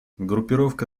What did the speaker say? группировка